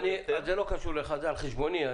בוא, זה לא קשור אליך, זה על חשבוני.